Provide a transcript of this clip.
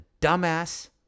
dumbass